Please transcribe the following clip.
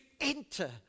enter